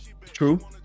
True